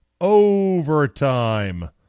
overtime